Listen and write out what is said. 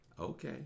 Okay